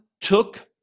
took